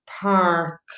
park